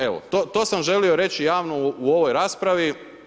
Evo, to sam želio reći javno u ovoj raspravi.